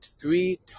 three